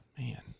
man